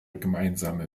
gemeinsame